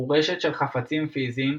הוא רשת של חפצים פיזיים,